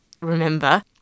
remember